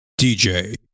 DJ